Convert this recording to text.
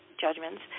judgments